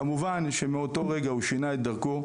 כמובן שמאותו רגע הוא שינה את דרכו,